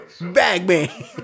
Bagman